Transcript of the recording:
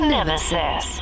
Nemesis